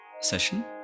session